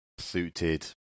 suited